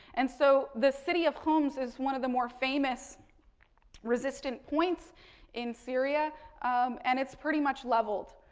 and so, the city of homs is one of the more famous resistant points in syria um and it's pretty much leveled.